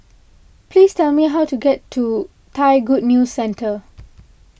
please tell me how to get to Thai Good News Centre